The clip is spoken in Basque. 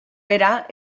era